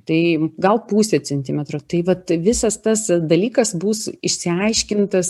tai gal pusę centimetro tai vat visas tas dalykas bus išsiaiškintas